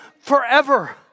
forever